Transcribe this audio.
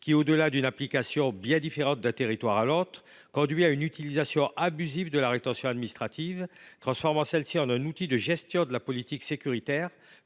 au delà d’une implication bien différente d’un territoire à l’autre, conduit à une utilisation abusive de la rétention administrative : celle ci devient alors un outil de gestion de la politique sécuritaire,